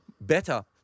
better